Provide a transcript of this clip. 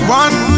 one